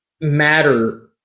matter